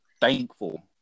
thankful